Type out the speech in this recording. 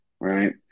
right